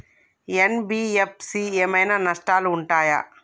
NBFC ఏమైనా నష్టాలు ఉంటయా?